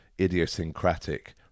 idiosyncratic